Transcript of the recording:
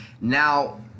Now